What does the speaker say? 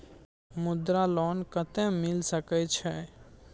मुद्रा लोन कत्ते मिल सके छै?